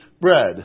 bread